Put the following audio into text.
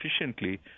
efficiently